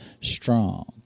strong